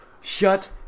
Shut